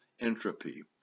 entropy